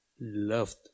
loved